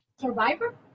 survivor